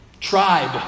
tribe